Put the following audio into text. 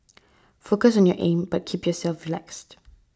focus on your aim but keep yourself relaxed